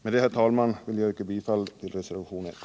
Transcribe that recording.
Jag yrkar bifall till reservationen 1.